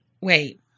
wait